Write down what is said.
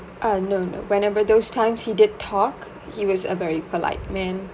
uh no no whenever those times he did talk he was a very polite man